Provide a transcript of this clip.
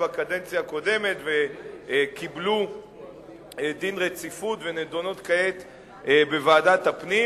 בקדנציה הקודמת וקיבלו דין רציפות ונדונות כעת בוועדת הפנים.